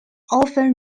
often